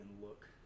look